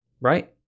right